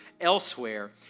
elsewhere